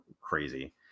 crazy